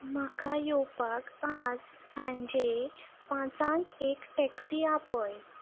म्हाका येवपाक आज सांजे पांचांक एक टॅक्सी आपय